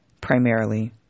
primarily